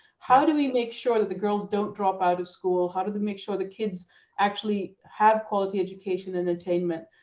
how do we make sure that the girls don't drop out of school? how do we make sure the kids actually have quality education and attainment?